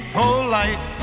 polite